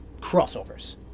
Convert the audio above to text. crossovers